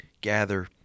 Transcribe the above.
gather